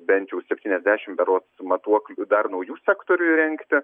bent jau septyniasdešimt berods matuoklių dar naujų sektorių įrengti